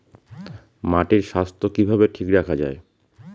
মাটির স্বাস্থ্য কিভাবে ঠিক রাখা যায়?